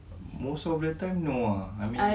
most of time no ah I mean